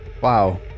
Wow